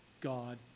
God